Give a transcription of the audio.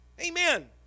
Amen